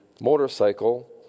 motorcycle